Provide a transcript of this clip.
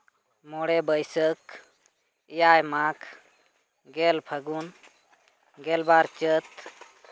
ᱢᱚᱬᱮ ᱵᱟᱹᱭᱥᱟᱹᱠᱷ ᱮᱭᱟᱭ ᱢᱟᱜᱽ ᱜᱮᱞ ᱯᱷᱟᱹᱜᱩᱱ ᱜᱮᱞᱵᱟᱨ ᱪᱟᱹᱛ